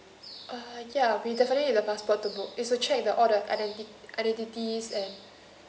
uh yeah we definitely need the passport to book is to check the all the identi~ identities and